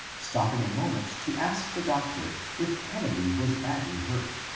stopping a moment to ask the doctor if kennedy was badly hurt,